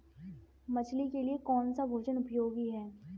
मछली के लिए कौन सा भोजन उपयोगी है?